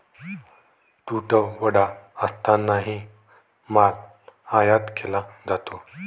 तुटवडा असतानाही माल आयात केला जातो